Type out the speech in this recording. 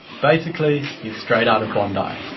basically he's straight out of bondi.